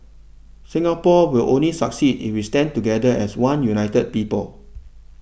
Singapore will only succeed if we stand together as one united people